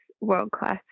world-class